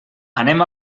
anem